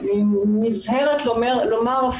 אני נזהרת לומר,